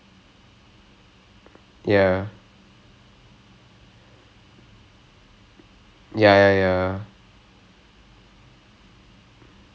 COVID so வீட்டிலே தான் இருந்தேன்:vittilae thaan irunthen so hospital போறதுக்கே பயம்னு வச்சுக்கோயே:porathukke bayamnu vachukoye because you are right like oh god what's gonna happen and then um